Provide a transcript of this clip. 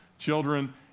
children